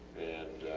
and